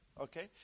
okay